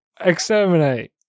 Exterminate